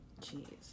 Jeez